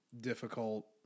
difficult